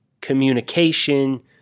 communication